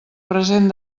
present